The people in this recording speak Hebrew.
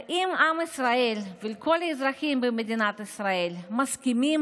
האם עם ישראל וכל האזרחים במדינת ישראל מסכימים